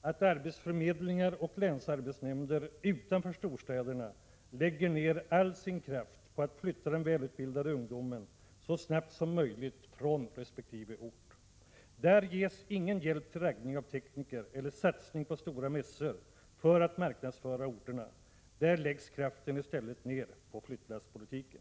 att arbetsförmedlingar och länsarbetsnämnder utanför storstäderna lägger ner all sin kraft på att flytta den välutbildade ungdomen så snabbt som möjligt från resp. ort. Där ges ingen hjälp till raggning av tekniker eller satsning på stora mässor för att marknadsföra orterna. Där läggs kraften i stället ned på flyttlasspolitiken.